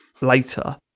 later